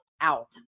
out